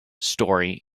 story